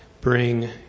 bring